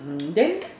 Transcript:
mm then